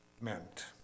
meant